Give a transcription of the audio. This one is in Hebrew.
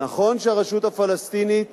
נכון שהרשות הפלסטינית